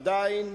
ועדיין